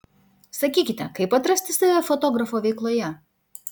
sakykite kaip atrasti save fotografo veikloje